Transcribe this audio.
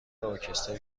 ارکستر